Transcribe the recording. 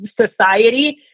society